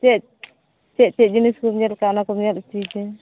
ᱪᱮᱫ ᱪᱮᱫ ᱡᱤᱱᱤᱥ ᱠᱚᱢ ᱧᱮᱞ ᱟᱠᱟᱫᱼᱟ ᱚᱱᱟ ᱠᱚᱢ ᱧᱮᱞ ᱚᱪᱚᱭᱤᱧᱟᱹ